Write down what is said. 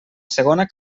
segona